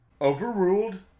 Overruled